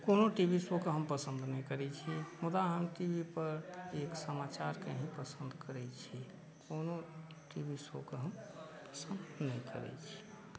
कोनो टीवी शोके हम पसन्द नहि करै छी मुदा हम टीवी पर एक सामाचारके ही पसन्द करै छी कोनो टीवी शोके हम पसन्द नहि करै छी